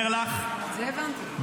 אני אומר לך,